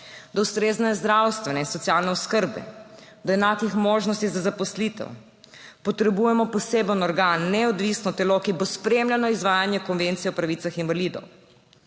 do ustrezne zdravstvene in socialne oskrbe, do enakih možnosti za zaposlitev. Potrebujemo poseben organ, neodvisno telo, ki bo spremljalo izvajanje Konvencije o pravicah invalidov.